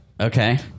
okay